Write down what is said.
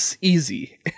easy